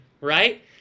right